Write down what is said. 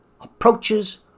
approaches